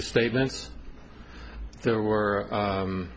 statement there were